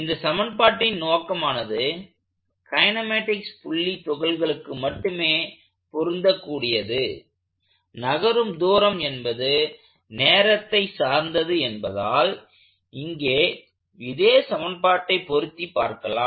இந்த சமன்பாட்டின் நோக்கமானது கைனெமேட்டிக்ஸ் புள்ளி துகள்களுக்கு மட்டுமே பொருந்தக்கூடியது நகரும் தூரம் என்பது நேரத்தை சார்ந்தது என்பதால் இங்கே இதே சமன்பாட்டை பொருத்திப் பார்க்கலாம்